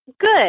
good